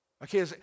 Okay